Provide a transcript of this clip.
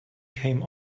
came